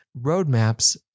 Roadmaps